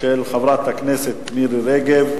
הצעה לסדר-היום מס' 5031, של חברת הכנסת מירי רגב.